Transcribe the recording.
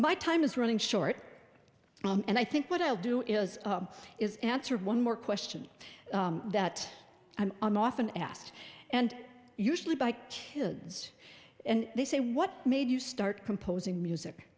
my time is running short and i think what i'll do is is answered one more question that i'm often asked and usually by kids and they say what made you start composing music